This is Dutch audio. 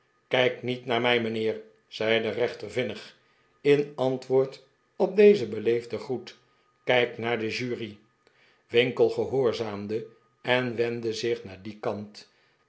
kijk niet naar mij mijnheer zei de rechter vinnig in antwoord op dezen beleefden groet kijk naar de jury winkle gehoorzaam de en wendde zich naar den kant